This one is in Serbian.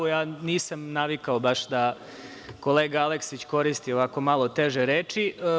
Ja nisam navikao baš da kolega Aleksić koristi ovako malo teže reči.